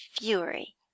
fury